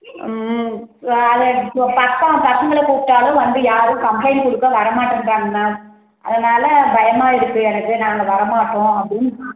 ம் வேறு இந்த பக்கம் பசங்களை கூப்பிட்டாலும் வந்து யாரும் கம்ப்ளைண்ட் கொடுக்க வர மாட்டன்றாங்க மேம் அதனால் பயமாக இருக்கு எனக்கு நாங்கள் வர மாட்டோம் அப்படின்னு